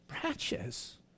branches